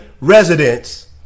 residents